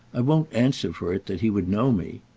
i won't answer for it that he would know me,